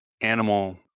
animal